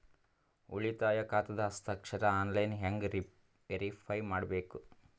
ಉಳಿತಾಯ ಖಾತಾದ ಹಸ್ತಾಕ್ಷರ ಆನ್ಲೈನ್ ಹೆಂಗ್ ವೇರಿಫೈ ಮಾಡಬೇಕು?